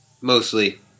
Mostly